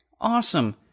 Awesome